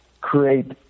create